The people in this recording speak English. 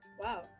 Wow